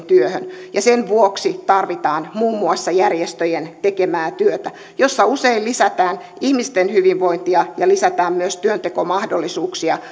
työhön sen vuoksi tarvitaan muun muassa järjestöjen tekemää työtä jossa usein lisätään ihmisten hyvinvointia ja lisätään myös työntekomahdollisuuksia